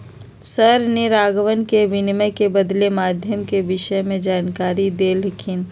sir ने राघवन के विनिमय के बदलते माध्यम के विषय में जानकारी देल खिन